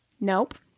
nope